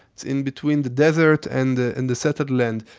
it's in between the desert and the and the settled land,